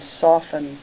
soften